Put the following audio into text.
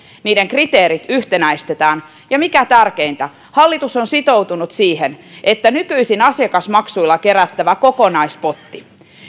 niiden kriteerit yhtenäistetään ja mikä tärkeintä hallitus on sitoutunut siihen että asiakasmaksuilla kerättävää kokonaispottia